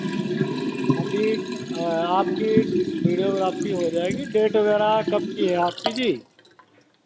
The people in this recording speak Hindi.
हाँ जी आपकी वीडियोग्राफी हो जाएगी डेट वगैरह कब की है आपकी जी